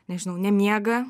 nežinau nemiega